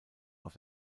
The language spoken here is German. auf